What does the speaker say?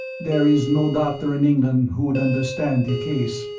there is no doctor in england who would understand the case,